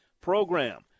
program